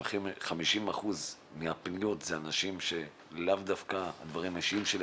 ש-50% מהפניות אלה אנשים שזה לאו דווקא דברים אישיים שלהם,